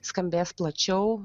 skambės plačiau